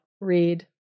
read